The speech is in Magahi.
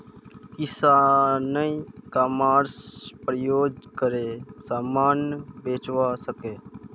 किसान ई कॉमर्स प्रयोग करे समान बेचवा सकछे